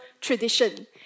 tradition